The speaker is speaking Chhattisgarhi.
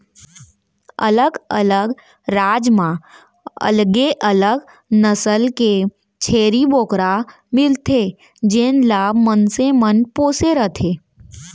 अलग अलग राज म अलगे अलग नसल के छेरी बोकरा मिलथे जेन ल मनसे मन पोसे रथें